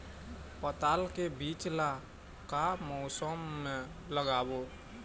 पताल के बीज ला का मौसम मे लगाबो?